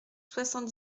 soixante